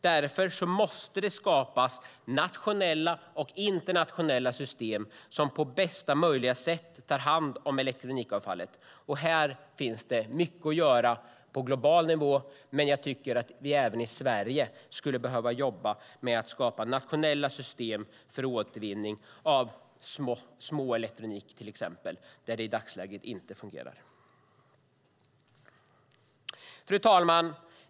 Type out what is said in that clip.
Därför måste det skapas nationella och internationella system som på bästa möjliga sätt tar hand om elektronikavfallet. Här finns det mycket att göra på global nivå, men även i Sverige behöver vi jobba med att skapa nationella system för återvinning av småelektronik. Detta fungerar inte i dagsläget. Fru talman!